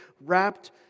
wrapped